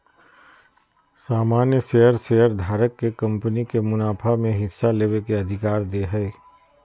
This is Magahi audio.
सामान्य शेयर शेयरधारक के कंपनी के मुनाफा में हिस्सा लेबे के अधिकार दे हय